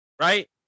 Right